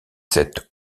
cette